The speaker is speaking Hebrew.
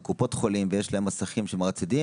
בקופות חולים ויש להם מסכים שמרצדים,